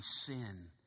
sin